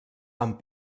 amb